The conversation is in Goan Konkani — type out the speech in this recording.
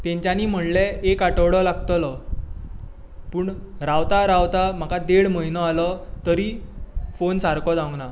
तेंच्यानी म्हणलें एक आठवडो लागतलो पूण रावता रावता म्हाका देड म्हयनो जालो तरी फोन सारको जावना